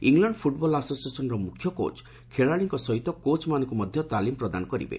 England football ଆସୋସିଏସନର ମୁଖ୍ୟ coach ଖେଳାଳିଙ୍କ ସହିତ କୋଚ୍ମାନଙ୍କୁ ମଧ ତାଲିମ ପ୍ରଦାନ କରିବେ